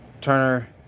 Turner